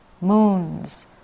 moons